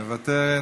מוותרת,